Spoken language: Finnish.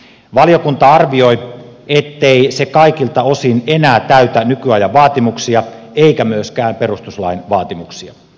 valiokunta arvioi ettei se kaikilta osin enää täytä nykyajan vaatimuksia eikä myöskään perustuslain vaatimuksia